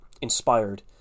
inspired